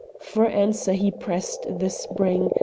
for answer he pressed the spring,